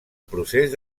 procés